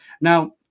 Now